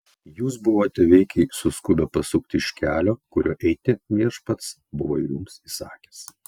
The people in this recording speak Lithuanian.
jūs buvote veikiai suskubę pasukti iš kelio kuriuo eiti viešpats buvo jums įsakęs